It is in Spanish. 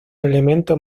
elemento